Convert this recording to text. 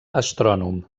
astrònom